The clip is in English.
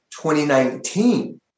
2019